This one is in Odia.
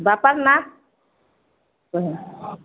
ବାପାର୍ ନାଁ